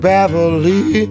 Beverly